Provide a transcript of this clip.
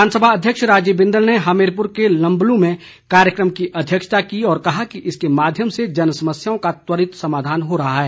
विधानसभा अध्यक्ष राजीव बिंदल ने हमीरपुर के लम्बलू में कार्यक्रम की अध्यक्षता की और कहा कि इसके माध्यम से जन समस्याओं का त्वरित समाधान हो रहा है